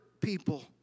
people